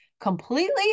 completely